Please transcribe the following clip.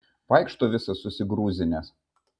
vaikšto visas susigrūzinęs